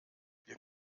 wir